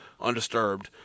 undisturbed